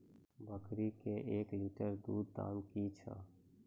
बकरी के एक लिटर दूध दाम कि छ?